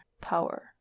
power